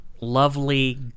lovely